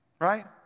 right